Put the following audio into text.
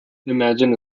imagine